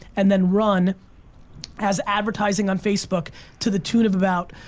and then run as advertising on facebook to the tune of about,